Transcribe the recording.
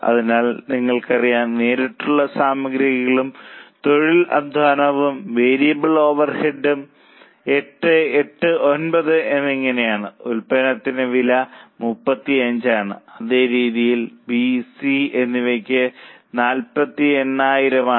അതിനാൽ നിങ്ങൾക്കറിയാം നേരിട്ടുള്ള സാമഗ്രികളും തൊഴിൽ അധ്വാനവും വേരിയബിൾ ഓവർ ഹെഡ്സും 889 എന്നിങ്ങനെയാണ് ഉൽപ്പന്നത്തിന് വില്പന വില 35 ആണ് അതേ രീതിയിൽ ബി സി B C എന്നിവയ്ക്ക് 480000 ആണ്